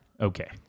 Okay